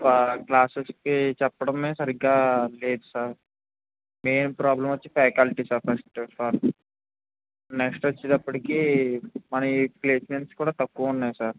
క్లాసెస్కి చెప్పడమే సరిగ్గా లేదు సార్ మెయిన్ ప్రాబ్లెమ్ వచ్చి faculty sir first of all next వచ్చేటప్పడికి మన ఈ ప్లేస్మెంట్స్ కూడా తక్కువ ఉన్నాయి సార్